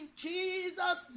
jesus